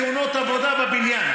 דיברנו על הנפגעים בתאונות עבודה בבניין.